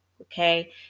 Okay